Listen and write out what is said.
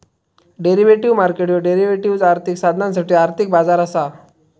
derivative market ह्यो derivatives, आर्थिक साधनांसाठी आर्थिक बाजार असा